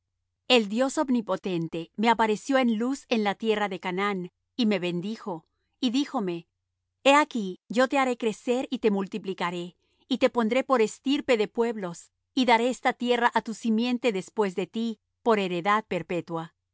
el dios omnipotente me apareció en luz en la tierra de canaán y me bendijo y díjome he aquí yo te haré crecer y te multiplicaré y te pondré por estirpe de pueblos y daré esta tierra á tu simiente después de ti por heredad perpetua